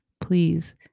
Please